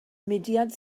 mudiad